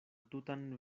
tutan